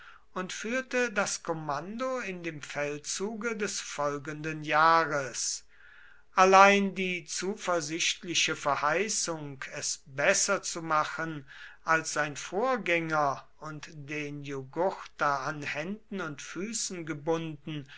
und führte das kommando in dem feldzuge des folgenden jahres allein die zuversichtliche verheißung es besser zu machen als sein vorgänger und den jugurtha an händen und füßen gebunden